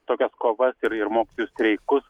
tokias kovas ir ir mokytojų streikus